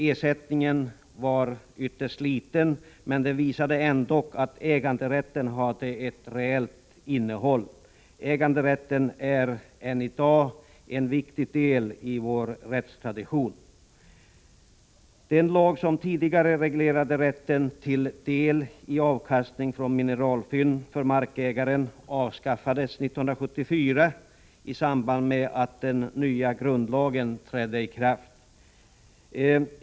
Ersättningen var ytterst liten, men den visade ändå att äganderätten hade ett reellt innehåll. Äganderätten är än i dag en viktig del i vår rättstradition. Den lag som tidigare reglerade rätten till del i avkastning från mineralfynd för markägaren avskaffades 1974 i samband med att den nya gruvlagen trädde i kraft.